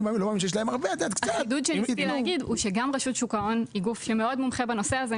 גם רשות שוק ההון היא גוף שמאוד מומחה בנושא הזה,